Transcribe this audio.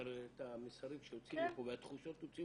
את המסרים שיוצאים מפה והתחושות תוציאו